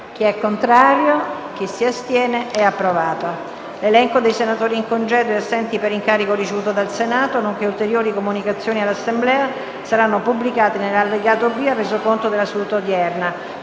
"Il link apre una nuova finestra"). L'elenco dei senatori in congedo e assenti per incarico ricevuto dal Senato, nonché ulteriori comunicazioni all'Assemblea saranno pubblicati nell'allegato B al Resoconto della seduta odierna.